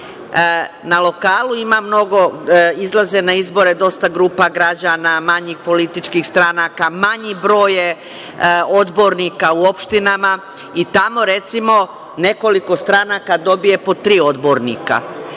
Na lokalu ima mnogo, izlaze na izbore dosta grupa građana, manjih političkih stranaka, manji broj je odbornika u opštinama i tamo, recimo, nekoliko stranka dobije po tri odbornika. Ako